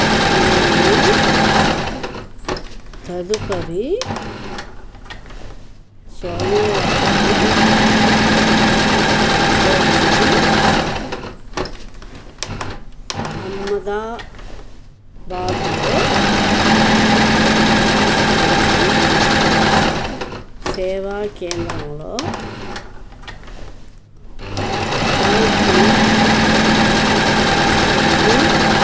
నేను తదుపరి సోమవారం కోసం అహ్మదాబాద్లో పాస్పోర్టు సేవా కేంద్రంలో అపాయింట్మెంట్ షెడ్యూల్